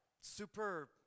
super